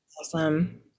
Awesome